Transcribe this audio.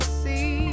see